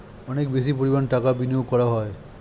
অনেক বেশি পরিমাণ টাকা বিনিয়োগ করা হয়